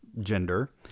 gender